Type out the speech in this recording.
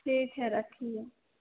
ठीक है रखिए